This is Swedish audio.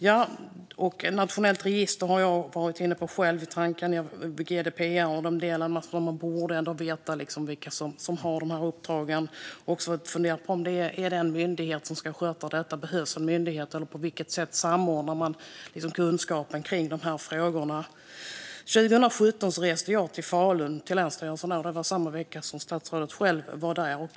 Ett nationellt register har jag själv varit inne på. Man får tänka på GDPR och de delarna, men man borde ändå veta vilka som har de här uppdragen. Man borde också fundera på om det är en myndighet som ska sköta detta. Behövs en myndighet, eller på vilket sätt samordnar man kunskapen om de här frågorna? År 2017 reste jag till Falun, till länsstyrelsen där. Det var samma vecka som statsrådet var där.